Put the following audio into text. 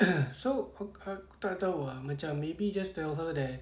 ah so aku tak tahu ah macam maybe just tell her that